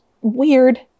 weird